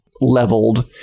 leveled